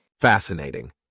Fascinating